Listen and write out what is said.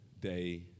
day